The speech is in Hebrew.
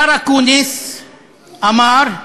השר אקוניס אמר,